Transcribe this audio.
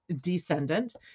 descendant